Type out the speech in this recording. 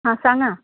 आं सांगा